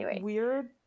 weird